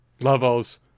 levels